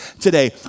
today